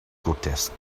grotesques